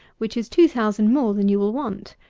which is two thousand more than you will want.